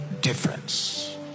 difference